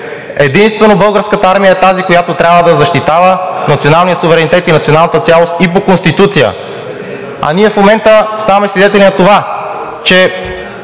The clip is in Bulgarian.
Единствено Българската армия е тази, която трябва да защитава националния суверенитет и националната цялост и по Конституция, а ние в момента ставаме свидетели на това, че